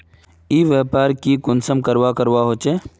ई व्यापार की कुंसम करवार करवा होचे?